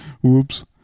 Whoops